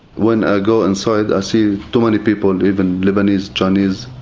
when i go inside i see too many people even lebanese, chinese